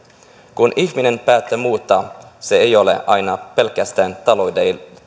kun ihminen päättää muuttaa se ei ole aina pelkästään